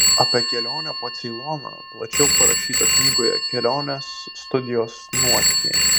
apie kelionę po ceiloną plačiau parašyta knygoje kelionės studijos nuotykiai